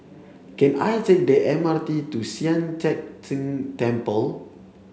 can I take the M R T to Sian Teck Tng Temple